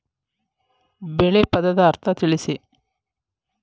ಬೆಳೆ ಪದದ ಅರ್ಥ ತಿಳಿಸಿ?